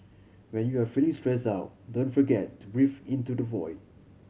when you are feeling stressed out don't forget to breathe into the void